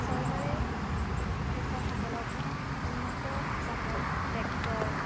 চৰকাৰে কৃষক সকলক উন্নত জাতৰ ট্ৰেক্টৰ